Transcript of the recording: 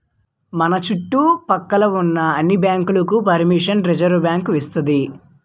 మన చుట్టు పక్క లో ఉన్న అన్ని బ్యాంకులకు పరిమిషన్ రిజర్వుబ్యాంకు ఇస్తాది